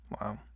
Wow